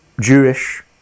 Jewish